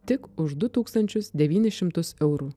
tik už du tūkstančius devynis šimtus eurų